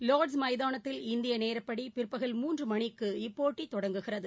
Lord மைதானத்தில் இந்தியநேரப்படிபிற்பகல் மூன்றுமணிக்கு இப்போட்டிதொடங்குகிறது